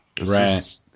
Right